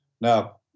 Now